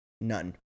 None